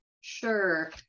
Sure